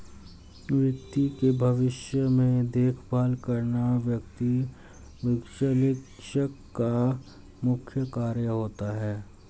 वित्त के भविष्य में देखभाल करना वित्त विश्लेषक का मुख्य कार्य होता है